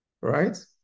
right